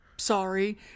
sorry